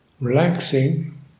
relaxing